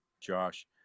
Josh